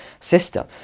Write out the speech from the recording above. system